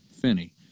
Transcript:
finney